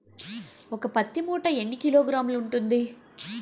ఒక పత్తి మూట ఎన్ని కిలోగ్రాములు ఉంటుంది?